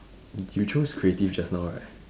you chose creative just now right